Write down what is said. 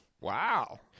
Wow